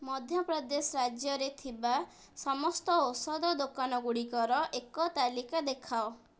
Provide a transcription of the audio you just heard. ମଧ୍ୟପ୍ରଦେଶ ରାଜ୍ୟରେ ଥିବା ସମସ୍ତ ଔଷଧ ଦୋକାନଗୁଡ଼ିକର ଏକ ତାଲିକା ଦେଖାଅ